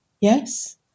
Yes